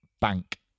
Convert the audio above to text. bank